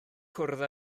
cwrdd